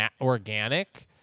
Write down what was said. organic